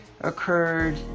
occurred